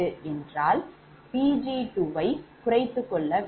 ஆகையால் நாம் 𝑃g2 வை குறைத்துக் கொள்ள வேண்டும்